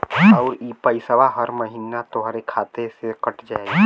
आउर इ पइसवा हर महीना तोहरे खाते से कट जाई